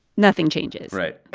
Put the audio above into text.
nothing changes right.